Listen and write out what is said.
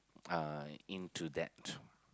uh into that